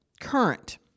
current